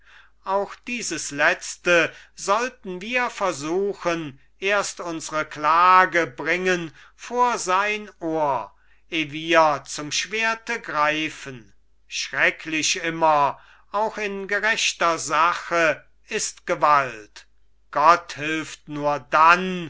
auch dieses letzte sollten wir versuchen erst unsre klage bringen vor sein ohr eh wir zum schwerte greifen schrecklich immer auch in gerechter sache ist gewalt gott hilft nur dann